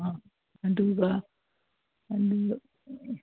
ꯑꯗꯨꯒ